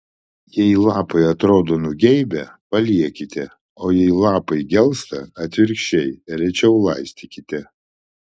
jei lapai atrodo nugeibę paliekite o jei lapai gelsta atvirkščiai rečiau laistykite